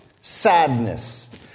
sadness